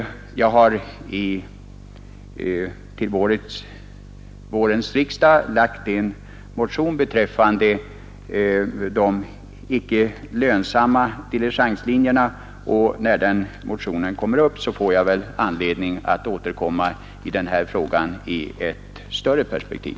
Jag har till vårens riksdag lagt fram en motion beträffande de icke lönsamma diligenslinjerna. När den motionen behandlas får jag väl anledning återkomma till den här frågan i ett större perspektiv.